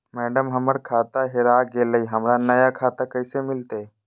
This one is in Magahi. मैडम, हमर खाता हेरा गेलई, हमरा नया खाता कैसे मिलते